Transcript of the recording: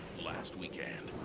last weekend,